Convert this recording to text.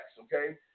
okay